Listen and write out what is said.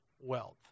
wealth